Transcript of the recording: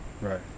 Right